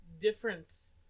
difference